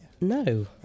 No